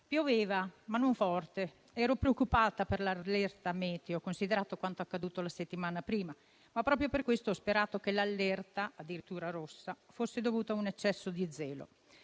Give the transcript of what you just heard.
Pioveva, ma non forte. Ero preoccupata per l'allerta meteo, considerato quanto accaduto la settimana prima, ma proprio per questo ho sperato che l'allerta, addirittura rossa, fosse dovuta a un eccesso di zelo.